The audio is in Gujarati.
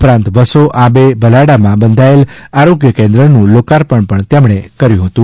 ઉપરાંત વસો આબે ભલાડા માં બંધાયેલ આરોગ્ય કેન્દ્ર નું લોકાર્પણ પણ તેમણે કર્યું હતું